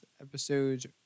episode's